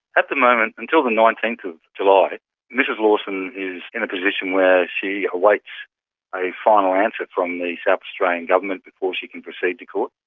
at the moment until nineteen kind of july mrs lawson is in a position where she awaits a final answer from the south australian government before she can proceed to court.